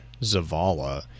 Zavala